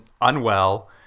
unwell